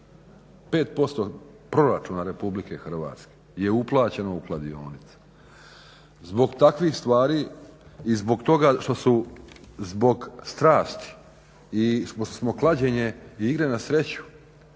5% Proračuna RH je uplaćeno u kladionice. Zbog takvih stvari i zbog toga što su zbog strasti i pošto smo klađenje i igre na sreću